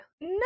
No